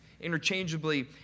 interchangeably